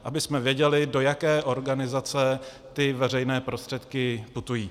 Abychom věděli, do jaké organizace ty veřejné prostředky putují.